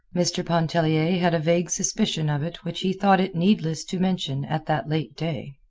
mr. pontellier had a vague suspicion of it which he thought it needless to mention at that late day.